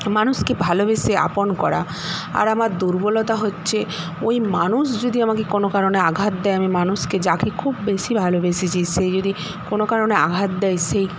মানুষকে ভালোবেসে আপন করা আর আমার দুর্বলতা হচ্ছে ওই মানুষ যদি আমাকে কোনো কারণে আঘাত দেয় আমি মানুষকে যাকে খুব বেশি ভালবেসেছি সে যদি কোনো কারণে আঘাত দেয় সেই